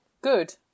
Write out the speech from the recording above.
Good